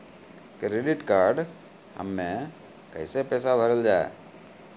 Credit card हम्मे कैसे पैसा भरल जाए?